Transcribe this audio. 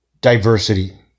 diversity